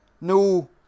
No